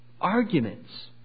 arguments